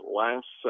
last